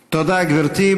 תודה, גברתי.